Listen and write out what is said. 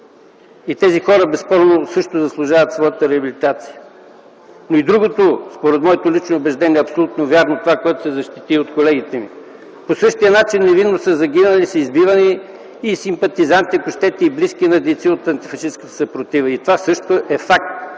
Тези хора безспорно също заслужават своята реабилитация. Другото според моето лично убеждение е абсолютно вярно – това, което се защити от колегите ми. По същия начин невинно са загинали - избивани са симпатизанти и близки на дейци от антифашистката съпротива. Това също е факт.